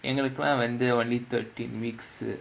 in the requirement there only thirteen weeks